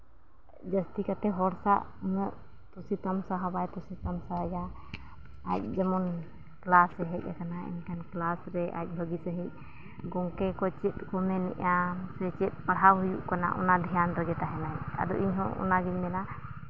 ᱡᱟᱹᱥᱛᱤ ᱠᱟᱛᱮᱫ ᱦᱚᱲ ᱥᱟᱶ ᱩᱱᱟᱹᱜ ᱠᱩᱥᱤ ᱛᱟᱢᱥᱟᱶ ᱦᱚᱸ ᱵᱟᱭ ᱛᱷᱩᱥᱤ ᱛᱟᱢᱥᱟᱣᱟ ᱟᱡ ᱡᱮᱢᱚᱱ ᱠᱞᱟᱥᱮ ᱦᱮᱡ ᱠᱟᱱᱟ ᱮᱱᱠᱷᱟᱱ ᱠᱞᱟᱥ ᱨᱮ ᱟᱡ ᱵᱷᱟᱹᱜᱤ ᱥᱟᱹᱦᱤᱡ ᱜᱚᱢᱠᱮ ᱠᱚ ᱪᱮᱫ ᱠᱚ ᱢᱮᱱᱮᱜᱼᱟ ᱥᱮ ᱪᱮᱫ ᱯᱟᱲᱦᱟᱣ ᱦᱩᱭᱩᱜ ᱠᱟᱱᱟ ᱚᱱᱟ ᱫᱷᱮᱭᱟᱱ ᱨᱮᱜᱮ ᱛᱟᱦᱮᱱᱟᱭ ᱟᱫᱚ ᱤᱧᱦᱚᱸ ᱚᱱᱟᱜᱮᱧ ᱢᱮᱱᱟ